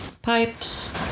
Pipes